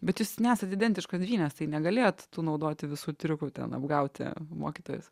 bet jūs nesat identiškos dvynės tai negalėjot tų naudoti visų triukų ten apgauti mokytojus